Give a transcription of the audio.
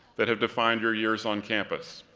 that have defined your years on campus.